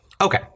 Okay